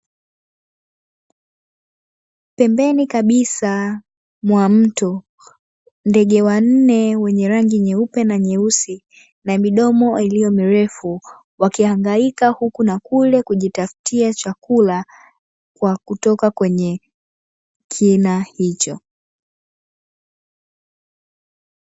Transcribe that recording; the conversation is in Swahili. Pembeni kabisa mwa mto, ndege wanne wenye rangi nyeupe na nyeusi na midomo iliyo mirefu, wakihangaika huku na kule kujitafutia chakula kwa kutoka kwenye kina hicho.